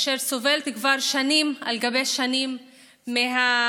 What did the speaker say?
אשר סובלת כבר שנים על גבי שנים מהאלימות